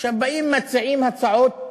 באים, מציעים הצעות תמוהות,